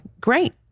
great